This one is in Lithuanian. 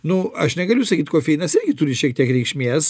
nu aš negaliu sakyt kofeinas turi šiek tiek reikšmės